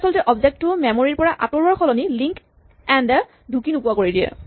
ই আচলতে অবজেক্ট টো মেমৰী ৰ পৰা আঁতৰোৱাৰ সলনি লিন্ক য়েন্ড এ ঢুকি নোপোৱা কৰি দিয়ে